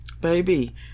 baby